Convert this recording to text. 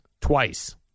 twice